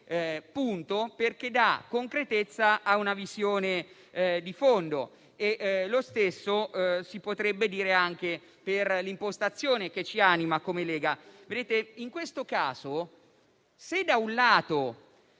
perché dà concretezza a una visione di fondo. Lo stesso potrebbe dirsi anche per l'impostazione che anima la Lega. In questo caso, se da un lato